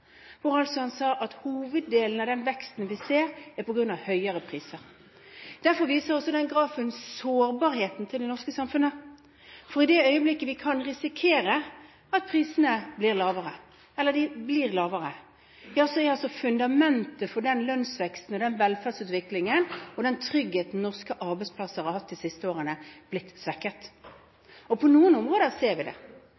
at hoveddelen av den veksten vi ser, er på grunn av høyere priser. Derfor viser også grafen sårbarheten til det norske samfunnet. For i det øyeblikket vi kan risikere at prisene blir lavere, er fundamentet for den lønnsveksten, den velferdsutviklingen og den tryggheten norske arbeidstakere har hatt de siste årene, blitt svekket.